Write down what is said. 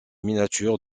miniatures